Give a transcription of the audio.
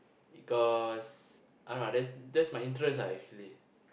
because I don't know that's that's my interest ah actually